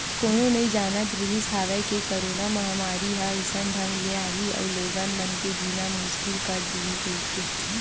कोनो नइ जानत रिहिस हवय के करोना महामारी ह अइसन ढंग ले आही अउ लोगन मन के जीना मुसकिल कर दिही कहिके